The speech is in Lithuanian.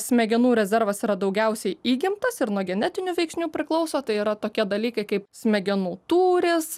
smegenų rezervas yra daugiausiai įgimtas ir nuo genetinių veiksnių priklauso tai yra tokie dalykai kaip smegenų tūris